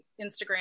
Instagram